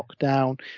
lockdown